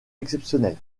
exceptionnel